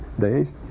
Days